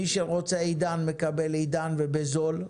מי שרוצה עידן, מקבל עידן ובזול.